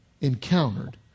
encountered